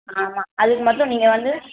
ஆமாம் அதுக்கு மட்டும் நீங்கள் வந்து